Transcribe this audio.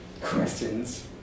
questions